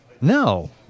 No